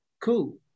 cool